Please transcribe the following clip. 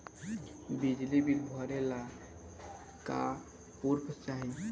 बिजली बिल भरे ला का पुर्फ चाही?